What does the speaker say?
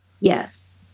Yes